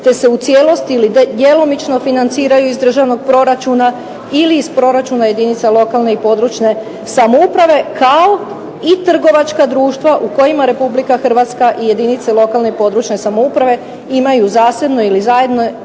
te se u cijelosti ili djelomično financiraju iz državnog proračuna ili iz proračuna jedinica lokalne i područne samouprave, kao i trgovačka društva u kojima Republika Hrvatska i jedinice lokalne i područne samouprave imaju zasebno ili zajedno